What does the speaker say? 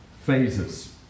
phases